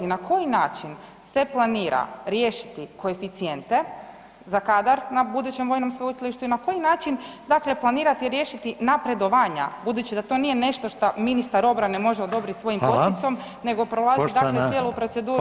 Na koji način se planira riješiti koeficijente za kadar na budućem vojnom sveučilištu i na koji način, dakle planirati i riješiti napredovanja, budući da to nije nešto šta ministar obrane može odobriti svojim [[Upadica: Hvala]] potpisom nego prolazi [[Upadica: Poštovana, hvala lijepa]] dakle cijelu proceduru?